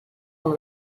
amb